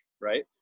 right